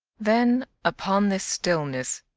then, upon this stillness,